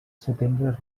setembre